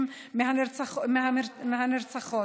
מהנרצחות.